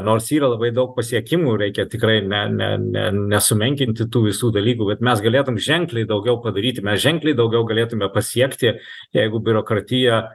nors yra labai daug pasiekimų reikia tikrai ne ne ne nesumenkinti tų visų dalykų bet mes galėtum ženkliai daugiau padaryti mes ženkliai daugiau galėtume pasiekti jeigu biurokratija